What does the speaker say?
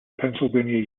pennsylvania